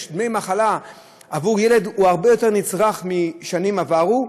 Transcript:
דמי מחלה עבור ילד הוא הרבה יותר מבשנים עברו,